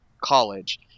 college